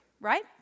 right